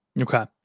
Okay